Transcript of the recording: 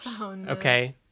okay